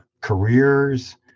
careers